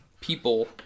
people